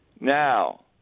now